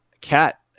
Cat